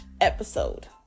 episode